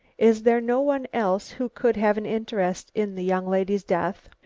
is there no one else who could have an interest in the young lady's death?